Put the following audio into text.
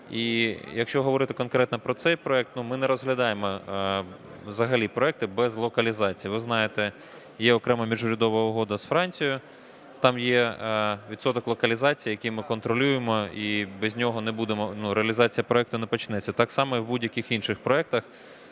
І якщо говорити конкретно про цей проект, ми не розглядаємо взагалі проекти без локалізації. Ви знаєте, є окрема міжурядова угода з Францією, там є відсоток локалізації, який ми контролюємо і без нього не будемо, реалізація проекту не почнеться. Так само і в будь-яких інших проектах